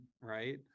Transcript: right